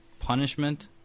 punishment